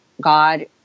God